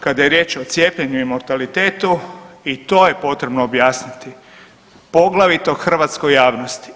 Kad je riječ o cijepljenju i mortalitetu i to je potrebno objasniti poglavito hrvatskoj javnosti.